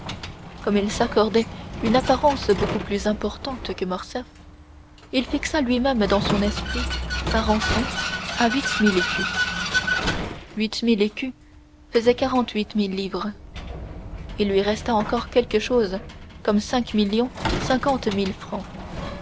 comme il s'accordait une apparence beaucoup plus importante que morcerf il fixa lui-même dans son esprit sa rançon à huit mille écus huit mille écus faisaient quarante-huit mille livres il lui restait encore quelque chose comme cinq millions cinquante mille francs